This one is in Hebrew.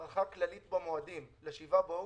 הארכה כללית במועדים ל-7 באוגוסט,